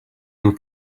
and